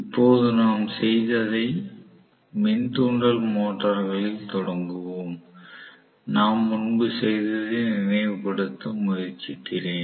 இப்போது நாம் செய்ததை மின் தூண்டல் மோட்டர்களில் தொடங்குவோம்நாம் முன்பு செய்ததை நினைவுபடுத்த முயற்சிக்கிறேன்